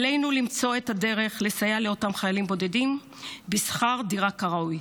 עלינו למצוא את הדרך לסייע לאותם חיילים בודדים בשכר דירה כראוי.